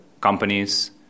companies